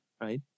right